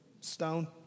stone